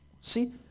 See